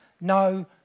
no